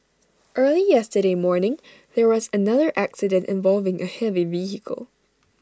early yesterday morning there was another accident involving A heavy vehicle